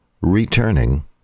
Returning